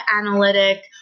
analytic